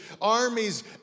armies